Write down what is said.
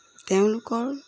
তেওঁলোকৰ